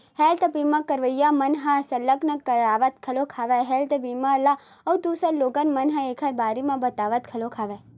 health बीमा करवइया मन ह सरलग करवात घलोक हवय हेल्थ बीमा ल अउ दूसर लोगन मन ल ऐखर बारे म बतावत घलोक हवय